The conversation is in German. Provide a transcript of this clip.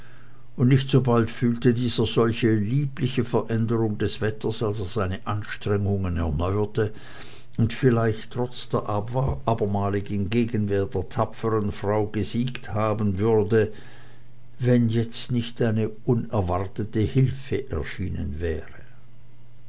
und nicht so bald fühlte dieser solche liebliche änderung des wetters als er seine anstrengungen erneuerte und vielleicht trotz der abermaligen gegenwehr der tapferen frau gesiegt haben würde wenn nicht jetzt eine unerwartete hilfe erschienen wäre